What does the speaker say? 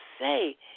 say